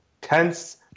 tense